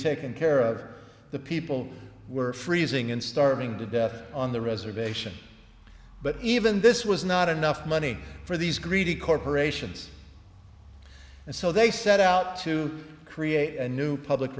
taken care of the people were freezing and starving to death on the reservation but even this was not enough money for these greedy corporations and so they set out to create a new public